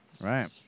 right